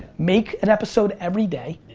make an episode everyday,